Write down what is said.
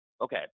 Okay